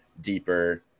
deeper